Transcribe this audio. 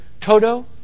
Toto